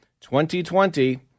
2020